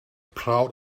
proud